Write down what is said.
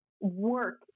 work